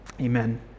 Amen